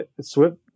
Swift